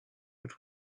but